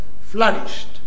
flourished